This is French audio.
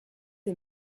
est